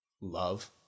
love